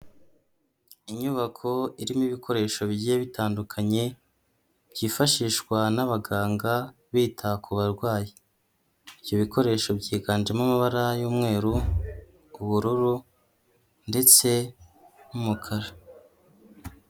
Inyubako irimo ibikoresho bigiye bitandukanye, byifashishwa n'abaganga bita ku barwayi. Ibyo bikoresho byiganjemo amabara y'umweru, ubururu ndetse n'umukara.